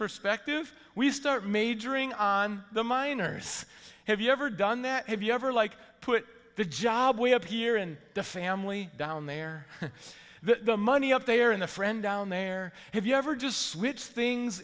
perspective we start majoring on the minors have you ever done that have you ever like put the job way up here in the family down there the money up there in the friend down there have you ever just switched things